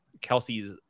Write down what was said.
Kelsey's